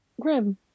Grim